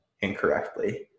incorrectly